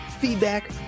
feedback